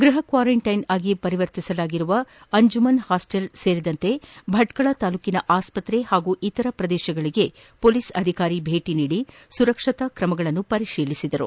ಗ್ಲಹ ಕ್ನಾರೆಂಟ್ಲೆನ್ ಆಗಿ ಪರಿವರ್ತಿಸಲಾಗಿರುವ ಅಂಜುಮನ್ ಹಾಸ್ಸೆಲ್ ಸೇರಿದಂತೆ ಭಟ್ಟಳ ತಾಲೂಕಿನ ಆಸ್ತ್ರೆ ಹಾಗೂ ಇತರ ಪ್ರದೇಶಗಳಿಗೆ ಪೊಲೀಸ್ ಅಧಿಕಾರಿ ಭೇಟ ನೀಡಿ ಸುರಕ್ಷತಾ ತ್ರಮಗಳನ್ನು ಪರಿತೀಲಿಸಿದರು